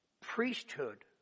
priesthood